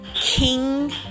king